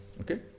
Okay